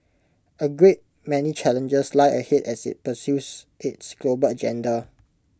A great many challenges lie ahead as IT pursues its global agenda